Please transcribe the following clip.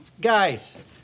guys